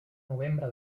novembre